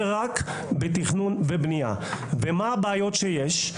מה הבעיות שיש?